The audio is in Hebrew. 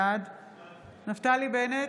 בעד נפתלי בנט,